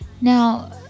Now